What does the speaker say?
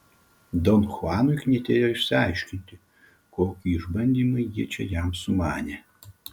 don chuanui knietėjo išsiaiškinti kokį išbandymą jie čia jam sumanė